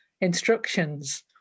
instructions